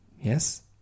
Yes